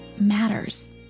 matters